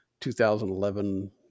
2011